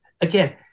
again